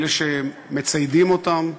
אלה שמציידים אותם,